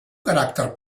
caràcter